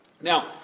Now